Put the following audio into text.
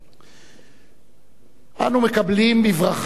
אנו מקבלים בברכה את נשיא חוף-השנהב